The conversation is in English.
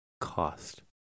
cost